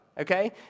Okay